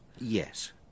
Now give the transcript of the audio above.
Yes